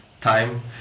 time